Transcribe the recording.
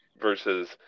versus